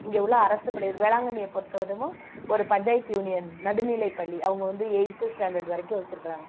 இங்கே உள்ள அரசுப் பள்ளி வேளாங்கண்ணியை பொறுத்தமட்டுமும் ஒரு பஞ்சாயத்து யூனியன் நடுநிலைப் பள்ளி அவங்க வந்து எயித்து ஸ்டாண்டர்ட் வரைக்கும் வெச்சிருக்குறாங்க